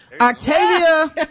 Octavia